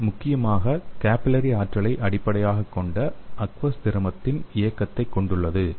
இது முக்கியமாக கேப்பிலரி ஆற்றலை அடிப்படையாகக் கொண்ட அக்வஸ் திரவத்தின் இயக்கத்தை கொண்டுள்ளது